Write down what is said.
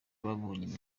batabonye